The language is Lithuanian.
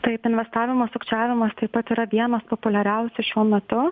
taip investavimo sukčiavimas taip pat yra vienas populiariausių šiuo metu